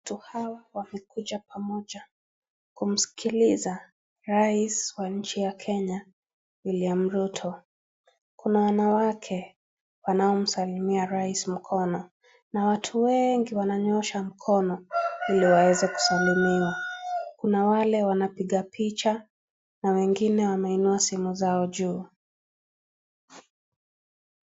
Watu hawa wamekuja pamoja kumsikiliza rais wa nchi ya Kenya; William Ruto. Kuna wanawake wanaomsalimia rais mkono na watu wengi wananyoosha mkono ili waweze kusalimiwa. Kuna wale wanapiga picha na wengine wameinua simu zao juu.